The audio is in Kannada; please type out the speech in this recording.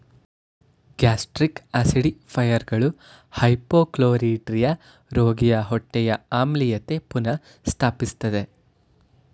ಗ್ಯಾಸ್ಟ್ರಿಕ್ ಆಸಿಡಿಫೈಯರ್ಗಳು ಹೈಪೋಕ್ಲೋರಿಡ್ರಿಯಾ ರೋಗಿಯ ಹೊಟ್ಟೆಯ ಆಮ್ಲೀಯತೆ ಪುನಃ ಸ್ಥಾಪಿಸ್ತದೆ